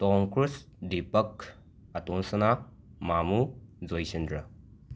ꯇꯣꯝ Cruise Deepak ꯑꯇꯣꯁꯅꯥ ꯃꯥꯃꯨ ꯖꯣꯏꯆꯟꯗ꯭ꯔ